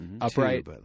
Upright